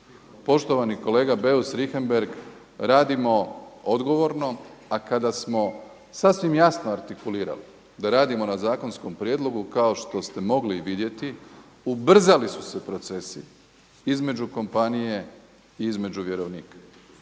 Poštovani kolega Beus Richembergh radimo odgovorno, a kada smo sasvim jasno artikulirali da radimo na zakonskom prijedlogu kao što ste mogli i vidjeti ubrzali su se procesi između kompanije i između vjerovnika,